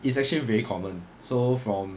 it's actually very common so from